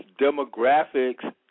demographics